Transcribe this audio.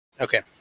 Okay